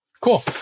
Cool